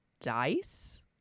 dice